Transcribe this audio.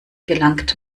gelangt